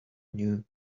new